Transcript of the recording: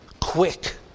Quick